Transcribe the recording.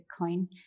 Bitcoin